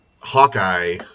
Hawkeye